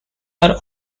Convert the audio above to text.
are